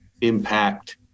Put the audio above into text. impact